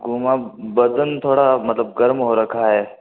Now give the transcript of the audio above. गुमा बदन थोड़ा मतलब गर्म हो रखा है